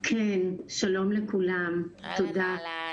שלום לכולם, תודה.